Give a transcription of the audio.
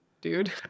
dude